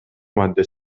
madde